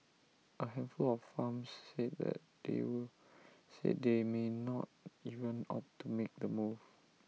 A handful of farms said that they would said they may not even opt to make the move